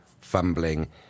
fumbling